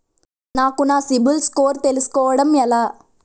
నాకు నా సిబిల్ స్కోర్ తెలుసుకోవడం ఎలా?